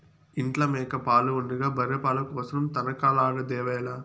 ఇంట్ల మేక పాలు ఉండగా బర్రె పాల కోసరం తనకలాడెదవేల